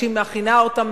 כשהיא מכינה אותם,